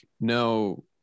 No